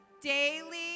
daily